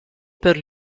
per